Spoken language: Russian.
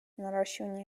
наращивания